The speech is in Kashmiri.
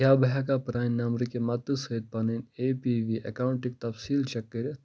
کیٛاہ بہٕ ہٮ۪کا پرٛانہِ نمبرٕکہِ مدتہٕ سۭتۍ پنٕنۍ اے پی وی اکاوُنٹٕکۍ تفصیٖل چیک کٔرِتھ